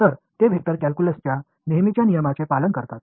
तर ते वेक्टर कॅल्क्युलसच्या नेहमीच्या नियमांचे पालन करतात